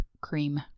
cream